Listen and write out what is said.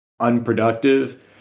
unproductive